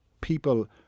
people